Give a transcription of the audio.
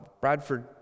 Bradford